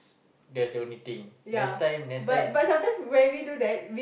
that's the only thing next time next time